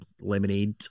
Lemonade